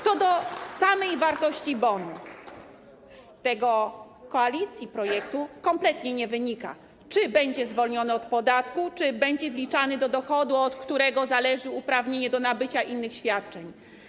Co do samej wartości bonu - z projektu koalicji kompletnie nie wynika, czy będzie on zwolniony od podatku, czy będzie wliczany do dochodu, od którego zależy uprawnienie do nabycia innych świadczeń.